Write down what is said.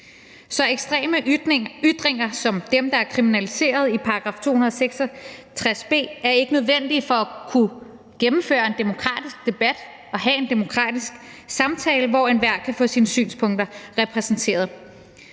Så ekstreme ytringer som dem, der er kriminaliseret i § 266 b, er ikke nødvendige for at kunne gennemføre en demokratisk debat og have en demokratisk samtale, hvor enhver kan få sine synspunkter repræsenteret.